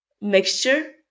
mixture